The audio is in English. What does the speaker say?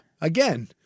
again